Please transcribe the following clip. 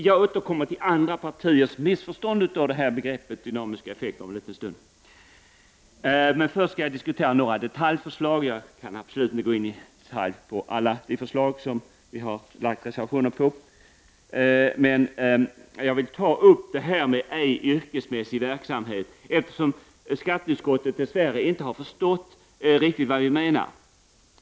Jag återkommer om en stund till begreppet dynamisk effekt, som av andra partier missförstås. Men dessförinnan skall jag gå in på några av förslagen. Jag kan absolut inte i detalj beröra alla förslagen i reservationerna. Jag skall dock ta upp detta med ”ej yrkesmässig verksamhet”, eftersom skatteutskottet inte riktigt har förstått vad vi menar.